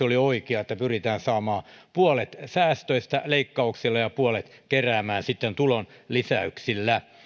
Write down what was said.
oli oikea pyritään saamaan puolet säästöistä leikkauksilla ja puolet keräämään sitten tulonlisäyksillä